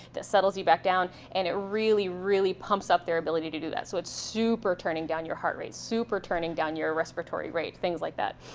that settles you back down, and it really, really pumps up their ability to do that. so it's super turning down your heart rate, super turning down your respiratory rate, things like that.